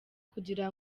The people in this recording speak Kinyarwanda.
kugira